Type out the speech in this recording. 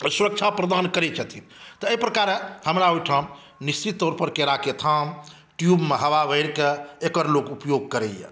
सुरक्षा प्रदान करै छथिन तऽ एहि प्रकारे हमरा ओहिठाम निश्चित तौर पर केराक थाम ट्यूबमे हवा भरिक एकर लोक उपयोग करै यऽ